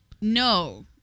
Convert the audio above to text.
No